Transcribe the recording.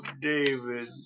David